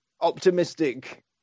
optimistic